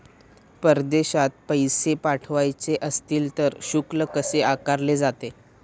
परदेशात पैसे पाठवायचे असतील तर शुल्क कसे आकारले जाते?